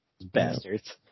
Bastards